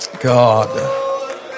God